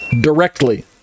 directly